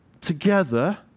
together